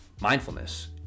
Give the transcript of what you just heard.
mindfulness